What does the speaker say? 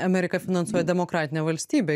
amerika finansuoja demokratinę valstybę